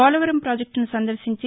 పోలవరం ప్రాజెక్లును సందర్భించి